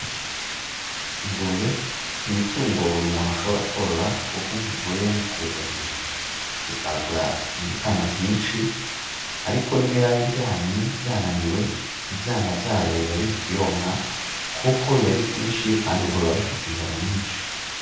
Ingurube ni itungo buri muntu ashobora korora kuko ntirigoye mu kurigaburira, ribwagura ibibwana byinshi ariko niyo yaba iryamye yananiwe ibyana byayo biba biri kuyonka, kuko biba ari byinshi kandi ubwo biba bifite inzara nyinshi.